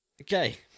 Okay